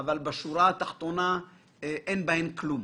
אבל בשורה התחתונה אין בהן כלום.